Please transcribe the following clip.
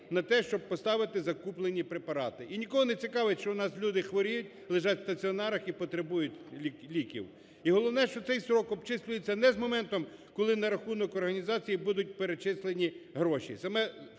на те, щоб поставити закуплені препарати, і нікого не цікавить, що у нас люди хворіють, лежать в стаціонарах і потребують ліків. І головне – що цей строк обчислюється не з моменту, коли на рахунок організації будуть перечисленні гроші,